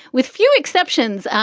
with few exceptions,